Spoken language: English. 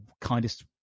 kindest